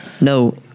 No